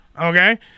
Okay